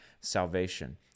salvation